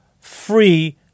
free